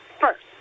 first